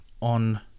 on